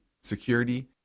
security